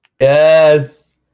Yes